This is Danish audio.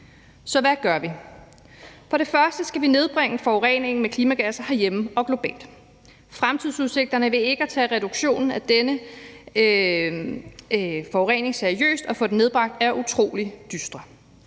Så hvad gør vi? For det første skal vi nedbringe forureningen med klimagasser herhjemme og globalt. Fremtidsudsigterne ved ikke at tage reduktionen af denne forurening seriøst og få den nedbragt er utrolig dystre.